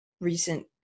recent